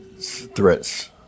threats